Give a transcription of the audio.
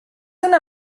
una